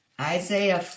Isaiah